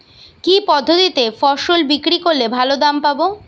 কি পদ্ধতিতে ফসল বিক্রি করলে ভালো দাম পাব?